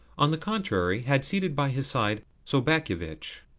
on the contrary, had seated by his side sobakevitch,